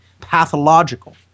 pathological